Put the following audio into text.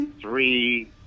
three